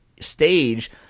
stage